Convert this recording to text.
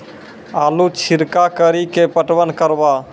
आलू छिरका कड़ी के पटवन करवा?